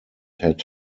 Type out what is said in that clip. had